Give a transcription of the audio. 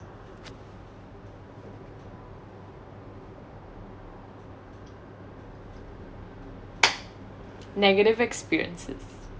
negative experiences